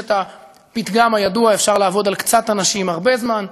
ישנו הפתגם הידוע: אפשר לעבוד על קצת אנשים הרבה זמן,